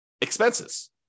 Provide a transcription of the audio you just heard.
expenses